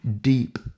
Deep